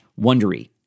Wondery